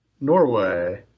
Norway